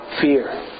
fear